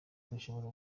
dushobora